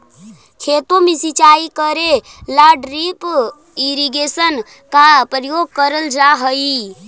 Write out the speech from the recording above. खेतों में सिंचाई करे ला ड्रिप इरिगेशन का प्रयोग करल जा हई